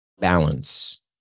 balance